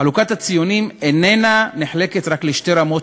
חלוקת הציונים איננה נחלקת רק לשתי רמות,